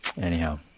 Anyhow